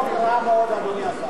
הוא חוק רע מאוד, אדוני השר.